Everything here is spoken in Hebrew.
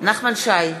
נחמן שי,